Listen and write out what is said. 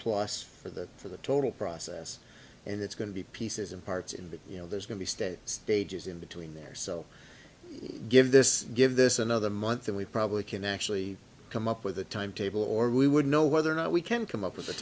plus for the for the total process and it's going to be pieces and parts in that you know there's going to be state stages in between there so give this give this another month and we probably can actually come up with a timetable or we would know whether or not we can come up with